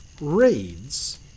reads